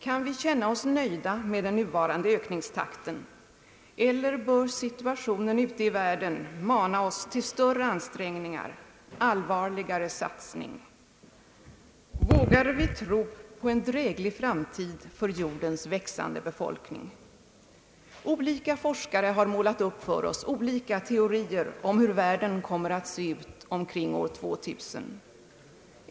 Kan vi känna oss nöjda med den nuvarande ökningstakten, eller bör situationen ute i världen mana oss till större ansträngningar, allvarligare satsning? Vågar vi tro på en dräglig framtid för jordens växande befolkning? Forskare har målat upp för oss olika teorier om hur världen kommer att se ut omkring år 2000.